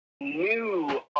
new